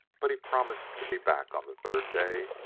but he promised to be back on the third day,